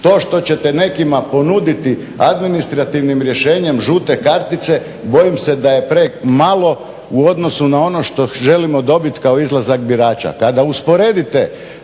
to što ćete nekima ponuditi administrativnim rješenjem žute kartice bojim se da je premalo u odnosu na ono što želimo dobiti kao izlazak birača.